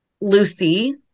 Lucy